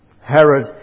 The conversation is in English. Herod